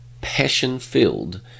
passion-filled